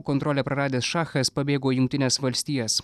kontrolę praradęs šachas pabėgo į jungtines valstijas